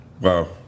Wow